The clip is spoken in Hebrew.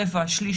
רבע-שליש,